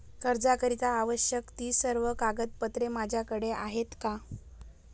कर्जाकरीता आवश्यक ति सर्व कागदपत्रे माझ्याकडे आहेत का?